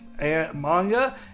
manga